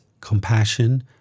compassion